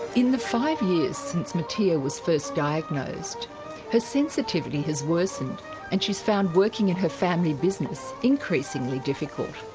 in the five years since mattea was first diagnosed her sensitivity has worsened and she's found working in her family business increasingly difficult.